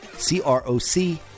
C-R-O-C